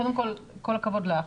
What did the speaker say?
קודם כל כל הכבוד לך,